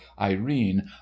irene